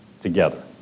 together